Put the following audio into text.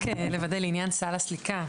כדי לוודא לעניין סל הסליקה.